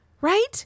right